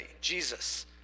Jesus